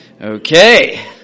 Okay